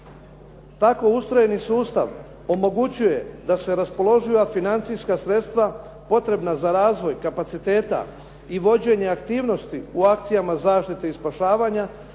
Tako ustrojeni sustav omogućuje da se raspoloživa financijska sredstva potrebna za razvoj kapaciteta i vođenja aktivnosti u akcijama zaštite i spašavanja,